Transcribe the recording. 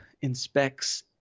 inspects